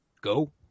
Go